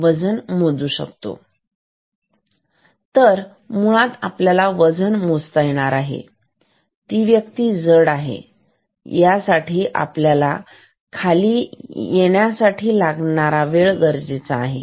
तर मुळात आपल्याला वजन मोजता येणार आहे की ती व्यक्ती किती जड आहे यासाठी आपल्याला खाली येण्यासाठी लागलेला वेळ गरजेचा आहे